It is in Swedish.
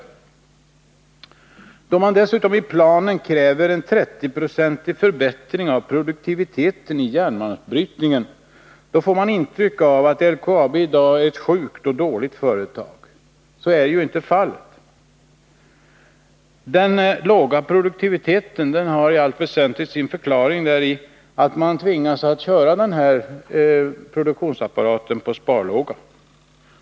Eftersom man i planen dessutom kräver en 30-procentig förbättring av produktiviteten i fråga om järnmalmsbrytningen, får man det intrycket att LKAB i dag är ett sjukt och dåligt företag. Men så är ju inte fallet. Den låga produktiviteten har i allt väsentligt sin förklaring i att man tvingas köra produktionsapparaten på sparlåga.